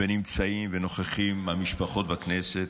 ונמצאים ונוכחים מהמשפחות בכנסת,